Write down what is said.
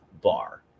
bar